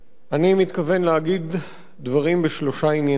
אני מתכוון להגיד דברים בשלושה עניינים: